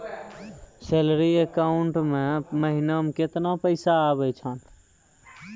Salary account मे महिना मे केतना पैसा आवै छौन?